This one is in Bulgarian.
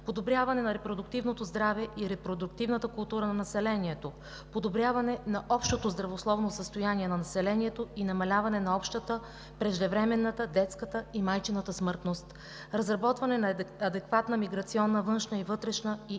подобряване на репродуктивното здраве и репродуктивната култура на населението; подобряване на общото здравословно състояние на населението и намаляване на общата, преждевременната, детската и майчината смъртност; разработване на адекватна миграционна външна, вътрешна и